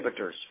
inhibitors